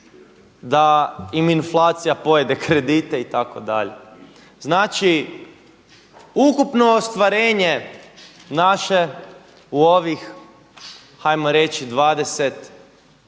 da im inflacija pojede kredite itd. Znači, ukupno ostvarenje naše u ovih hajmo reći 25